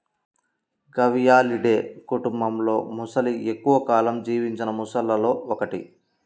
గవియాలిడే కుటుంబంలోమొసలి ఎక్కువ కాలం జీవించిన మొసళ్లలో ఒకటి